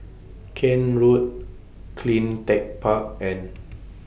Kent Road Clean Tech Park and